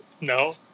no